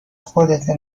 خودته